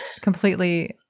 completely